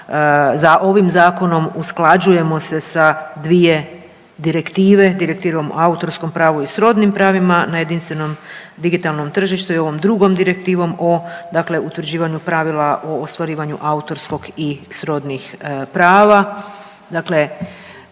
sa ovim zakonom usklađujemo se sa dvije direktive, Direktive o autorskom pravu i srodnim pravima na jedinstvenom digitalnom tržištu i ovom drugom direktivom o utvrđivanju pravila u ostvarivanju autorskog i srodnih prava.